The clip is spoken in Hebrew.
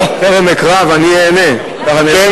טרם אקרא ואני אענה, ככה נאמר.